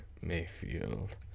Mayfield